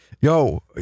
Yo